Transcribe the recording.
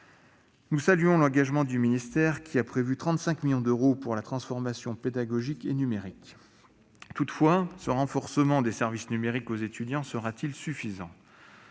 Nous saluons l'engagement du ministère, qui a prévu 35 millions d'euros pour la transformation pédagogique et numérique. Toutefois, ce renforcement des services numériques aux étudiants sera-t-il suffisant ?